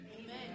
Amen